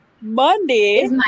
Monday